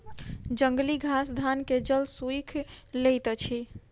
जंगली घास धान के जल सोइख लैत अछि